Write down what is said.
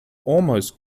almost